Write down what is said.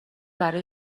برا